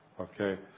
okay